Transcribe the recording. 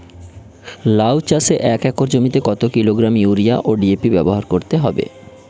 লাউ চাষে এক একর জমিতে কত কিলোগ্রাম ইউরিয়া ও ডি.এ.পি ব্যবহার করতে হবে?